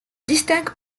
distingue